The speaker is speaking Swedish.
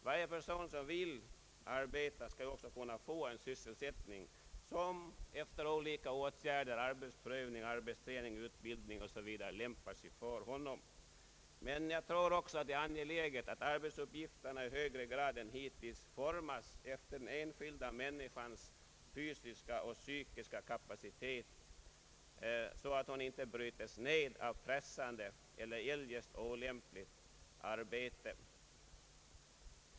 Varje person som vill arbeta skall också kunna få en sysselsättning som efter olika åtgärder, såsom arbetsprövning, arbetsträning, utbildning o.s. v. lämpar sig för honom. Jag tror också att det är angeläget att arbetsuppgifterna i högre grad än hittills formas efter den enskilda människans fysiska och psykiska kapacitet så att hon inte bryts ned av pressande eller eljest olämpligt arbete.